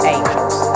Angels